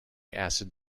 acid